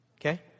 Okay